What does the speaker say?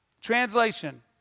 Translation